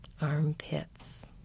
armpits